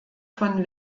von